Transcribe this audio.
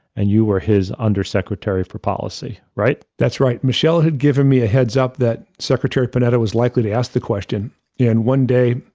and you were his undersecretary for policy, right? that's right. michele had given me a heads up that secretary panetta was likely to ask the question in one day,